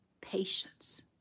patience